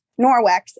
Norwex